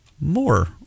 more